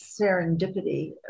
serendipity